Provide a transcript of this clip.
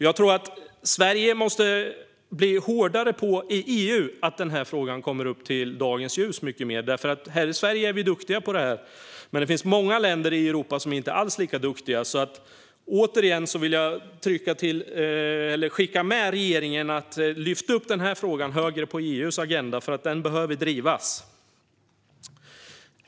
Jag tror att Sverige måste bli hårdare i EU med att frågan kommer upp i dagens ljus. Här i Sverige är vi duktiga på det här, men det finns många länder i Europa som inte alls är lika duktiga. Återigen vill jag göra ett medskick till regeringen: Lyft upp denna fråga högre på EU:s agenda, för den behöver drivas!